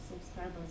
subscribers